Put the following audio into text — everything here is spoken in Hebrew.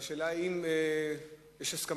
יש הרבה